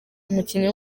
umukinnyi